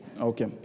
Okay